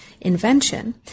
invention